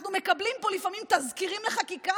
אנחנו מקבלים פה לפעמים תזכירים לחקיקה